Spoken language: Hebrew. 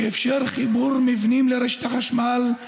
שאפשר חיבור מבנים לרשת החשמל,